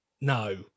no